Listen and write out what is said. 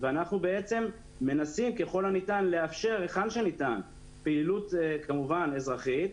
ואנחנו בעצם מנסים ככל הניתן לאפשר היכן שניתן פעילות כמובן אזרחית.